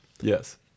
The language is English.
Yes